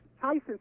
Tyson